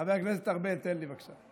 חבר הכנסת ארבל, תן לי, בבקשה.